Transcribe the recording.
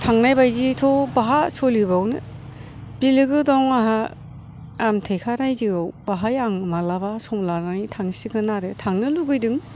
थांनाय बायदिथ' बहा सोलिबावनो बिलोगो दं आंहा आमटेका राज्योआव बाहाय आं मालाबा सम लानानै थांसिगोन आरो थांनो लुबैदों